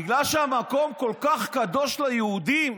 בגלל שהמקום כל כך קדוש ליהודים,